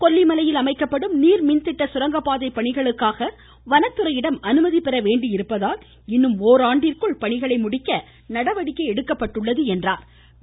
கொல்லிமலையில் அமைக்கப்படும் நீர்மின்திட்ட குரங்கப்பாதைப் பணிக்காக வனத்துறையிடம் அனுமதிபெற வேண்டியிருப்பதால் இன்னும் ஓராண்டிற்குள் பணிகளை முடிக்க நடவடிக்கை எடுக்கப்பட்டுள்ளது என்றார்